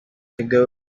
ago